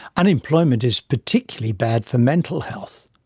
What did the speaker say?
unemployment is particularly bad for mental health.